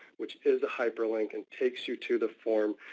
which is the hyperlink, and takes you to the form,